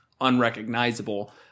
unrecognizable